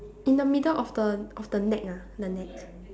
in the middle of the of the neck ah the neck